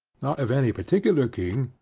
not of any particular king,